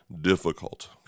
difficult